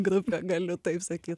grupė galiu taip sakyt